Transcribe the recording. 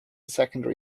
secondary